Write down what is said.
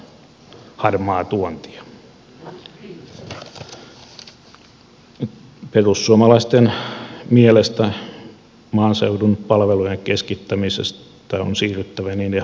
perussuomalaisten mielestä maaseudun palvelujen keskittämisestä on siirryttävä niiden hajauttamiseen